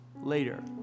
later